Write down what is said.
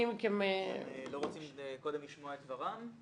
לא רוצים קודם לשמוע את ור"מ?